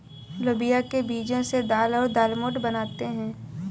लोबिया के बीजो से दाल और दालमोट बनाते है